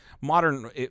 modern